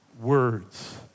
words